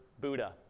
Buddha